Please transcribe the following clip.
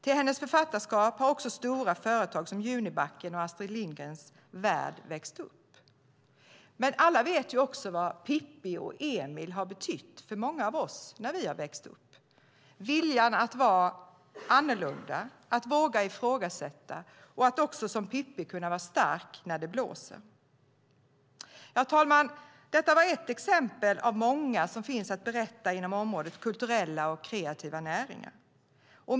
Ur hennes författarskap har också stora företag som Junibacken och Astrid Lindgrens värld växt upp. Men alla vet också vad Pippi och Emil har betytt för många av oss när vi har växt upp - viljan att vara annorlunda, att våga ifrågasätta och att också som Pippi kunna vara stark när det blåser. Herr talman! Detta var ett exempel av många som finns att berätta om inom området kulturella och kreativa näringar.